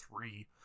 three